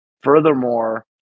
furthermore